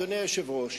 אדוני היושב-ראש,